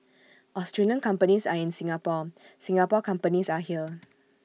Australian companies are in Singapore Singapore companies are here